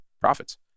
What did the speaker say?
profits